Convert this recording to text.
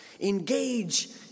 Engage